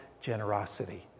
Generosity